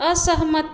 असहमति